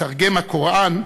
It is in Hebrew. מתרגם הקוראן,